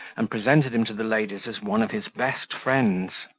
and presented him to the ladies as one of his best friends.